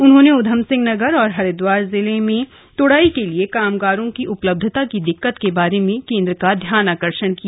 उन्होंने ऊधमसिंह नगर और हरिदवार जिलों में तुड़ाई के लिए कामगारों की उपलब्धता की दिक्कत के बारे में केन्द्र का ध्यानाकर्षण किया